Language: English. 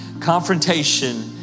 confrontation